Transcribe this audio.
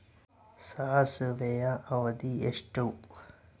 ಸಾಸಿವೆಯ ಅವಧಿ ಎಷ್ಟು?